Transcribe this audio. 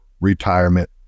retirement